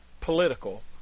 political